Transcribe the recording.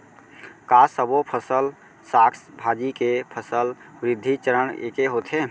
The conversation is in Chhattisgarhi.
का सबो फसल, साग भाजी के फसल वृद्धि चरण ऐके होथे?